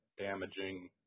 damaging